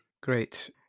Great